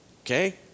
okay